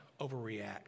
overreact